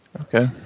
Okay